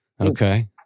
Okay